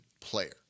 player